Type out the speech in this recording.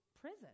prison